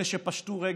אלה שפשטו רגל,